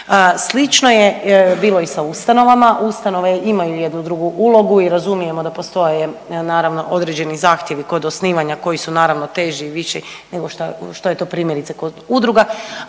Slično je bilo i sa ustanovama, ustanove imaju jednu drugu ulogu i razumijemo da postoje naravno određeni zahtjevi kod osnivanja koji su naravno teži i viši nego što je to primjerice kod udruga,